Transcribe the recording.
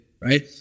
right